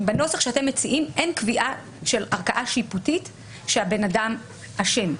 בנוסח שאתם מציעים אין קביעה של ערכאה שיפוטית שהבן אדם אשם.